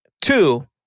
Two